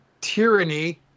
Tyranny